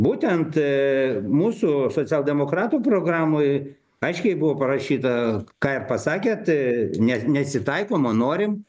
būtent mūsų socialdemokratų programoj aiškiai buvo parašyta ką ir pasakėt ne nesitaikom o norim